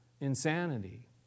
insanity